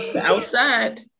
outside